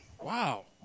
Wow